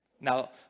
Now